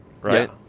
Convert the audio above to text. right